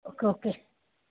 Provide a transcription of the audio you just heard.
okay okay